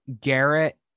Garrett